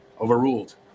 overruled